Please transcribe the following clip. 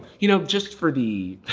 you know just for the.